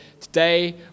today